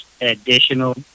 additional